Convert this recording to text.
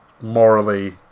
morally